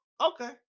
okay